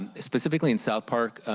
ah specifically in south park,